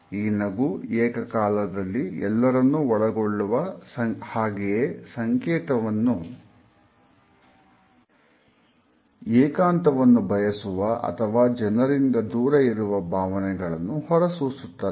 ಈ ನಗು ಏಕಕಾಲದಲ್ಲಿ ಎಲ್ಲರನ್ನೂ ಒಳಗೊಳ್ಳುವ ಹಾಗೆಯೇ ಏಕಾಂತವನ್ನು ಬಯಸುವ ಅಥವಾ ಜನರಿಂದ ದೂರ ಇರುವ ಭಾವನೆಗಳನ್ನು ಹೊರಸೂಸುತ್ತದೆ